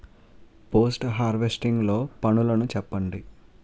Post harvesting లో పనులను చెప్పండి?